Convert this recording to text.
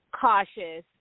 cautious